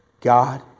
God